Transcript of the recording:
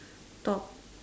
talk